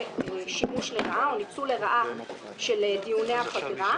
שימוש לרעה או ניצול לרעה של דיוני הפגרה,